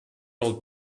old